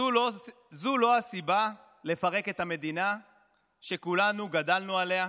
זו לא סיבה לפרק את המדינה שכולנו גדלנו בה.